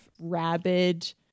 rabid